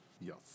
Yes